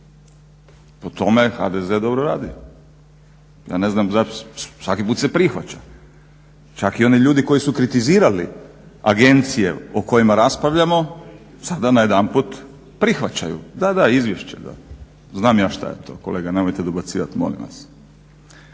Po tome HDZ dobro radi. Ja ne znam svaki put se prihvaća, čak i oni ljudi koji su kritizirali agencije o kojima raspravljamo sada najedanput prihvaćaju. Da, da, izvješće da. Znam ja šta je to. Kolega nemojte dobacivat, molim vas.